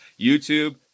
YouTube